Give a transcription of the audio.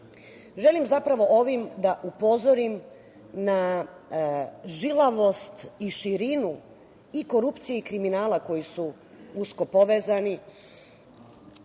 zapravo, ovim da upozorim na žilavost i širinu i korupcije i kriminala koji su usko povezani